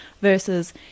versus